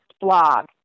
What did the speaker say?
blog